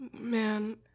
man